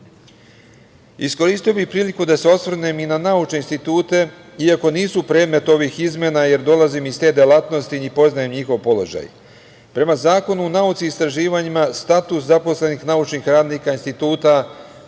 bih priliku da se osvrnem na naučne institute iako nisu predmet ovih izmena, jer dolazim iz te delatnosti i poznajem njihov položaj. Prema Zakonu o nauci i istraživanjima status zaposlenih naučnih radnika instituta